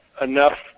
enough